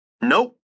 Nope